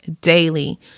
daily